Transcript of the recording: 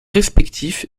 respectif